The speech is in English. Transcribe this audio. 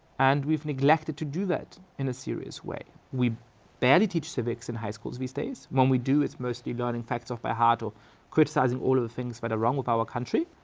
and we've neglected to do that in a serious way. we barely teach civics in high schools these days. when we do it's mostly learning facts off by heart or criticizing all of the things that but are wrong with our country.